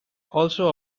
also